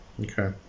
Okay